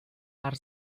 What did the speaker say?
per